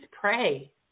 pray